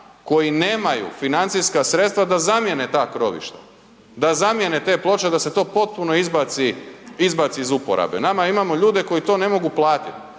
koji nemaju financijska sredstva da zamjene ta krovišta, da zamjene te ploče, da se to potpuno izbaci iz uporabe. Nama imamo ljude koji to ne mogu platiti,